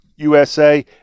USA